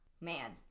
man